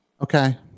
Okay